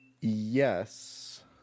yes